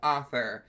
Author